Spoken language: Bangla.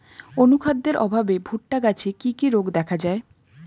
অনুখাদ্যের অভাবে ভুট্টা গাছে কি কি রোগ দেখা যায়?